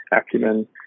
acumen